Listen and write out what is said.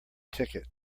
ticket